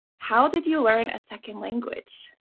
how did you learn a second language?